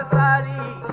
daddy